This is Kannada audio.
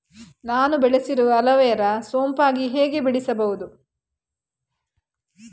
ನಾನು ಬೆಳೆಸಿರುವ ಅಲೋವೆರಾ ಸೋಂಪಾಗಿ ಹೇಗೆ ಬೆಳೆಸಬಹುದು?